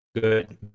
good